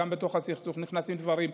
גם בתוך הסכסוך נכנסים דברים.